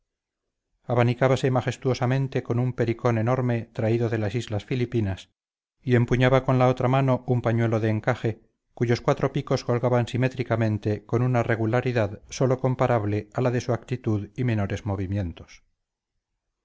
abanicábase majestuosamente con un pericón enorme traído de las islas filipinas y empuñaba con la otra mano un pañuelo de encaje cuyos cuatro picos colgaban simétricamente con una regularidad sólo comparable a la de su actitud y menores movimientos